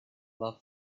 love